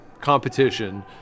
competition